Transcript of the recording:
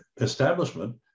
establishment